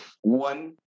one